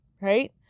right